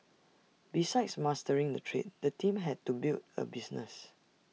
besides mastering the trade the team had to build A business